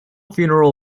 funeral